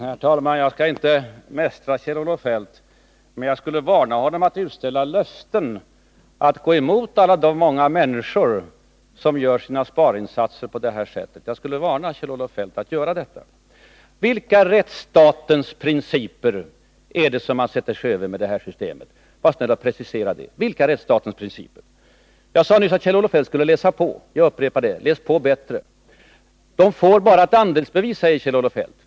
Herr talman! Jag skall inte mästra Kjell-Olof Feldt, men jag skulle vilja varna honom för att utställa löften om att gå emot de många människor som gör sina sparinsatser på det här sättet. Vilka av rättsstatens principer är det som man sätter sig över med det här systemet? Var snäll och precisera dem! Jag sade nyss att Kjell-Olof Feldt skulle läsa på, och jag upprepar: Läs på bättre! De får bara ett andelsbevis, säger Kjell-Olof Feldt.